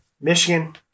Michigan